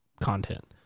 content